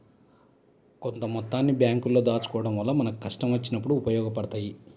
కొంత మొత్తాన్ని బ్యేంకుల్లో దాచుకోడం వల్ల మనకు కష్టం వచ్చినప్పుడు ఉపయోగపడతయ్యి